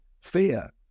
fear